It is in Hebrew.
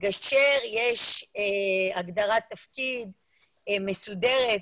למגשר יש הגדרת תפקיד מסודרת,